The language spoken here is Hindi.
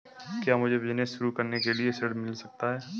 क्या मुझे बिजनेस शुरू करने के लिए ऋण मिल सकता है?